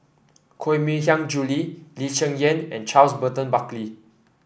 Koh Mui Hiang Julie Lee Cheng Yan and Charles Burton Buckley